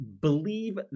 believe